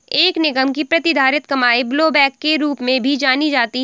एक निगम की प्रतिधारित कमाई ब्लोबैक के रूप में भी जानी जाती है